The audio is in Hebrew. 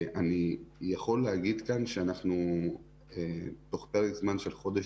אני יכול להגיד כאן שאנחנו תוך פרק זמן של חודש